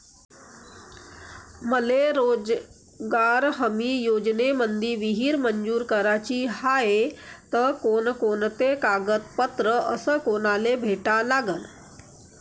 मले रोजगार हमी योजनेमंदी विहीर मंजूर कराची हाये त कोनकोनते कागदपत्र अस कोनाले भेटा लागन?